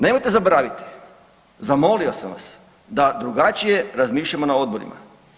Nemojte zaboraviti zamolio sam vas da drugačije razmišljamo na odborima.